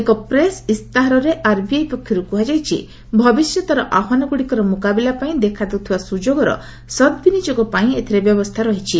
ଏକ ପ୍ରେସ୍ ଇସ୍ତାହାରରେ ଆର୍ବିଆଇ ପକ୍ଷରୁ କୁହାଯାଇଛି ଭବିଷ୍ୟତର ଆହ୍ୱାନଗୁଡ଼ିକର ମୁକାବିଲା ପାଇଁ ଦେଖା ଦେଉଥିବା ସୁଯୋଗର ସଦ୍ବିନିଯୋଗ ପାଇଁ ଏଥିରେ ବ୍ୟବସ୍ଥା ରହିଛି